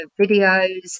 videos